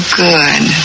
good